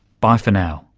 bye for now